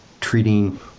treating